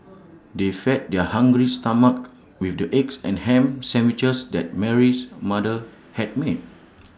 they fed their hungry stomachs with the eggs and Ham Sandwiches that Mary's mother had made